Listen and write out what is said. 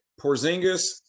Porzingis